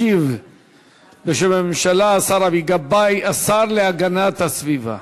ישיב בשם הממשלה השר אבי גבאי, השר להגנת הסביבה.